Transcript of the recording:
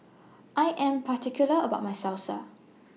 I Am particular about My Salsa